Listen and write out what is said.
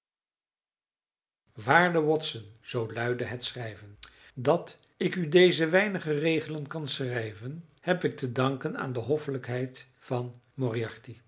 waarde watson zoo luidde het schrijven dat ik u deze weinige regelen kan schrijven heb ik te danken aan de hoffelijkheid van